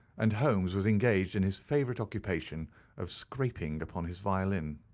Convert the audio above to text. and holmes was engaged in his favourite occupation of scraping upon his violin.